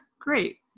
Great